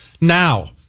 Now